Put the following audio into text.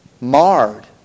marred